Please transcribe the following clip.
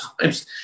times